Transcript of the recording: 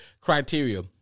Criteria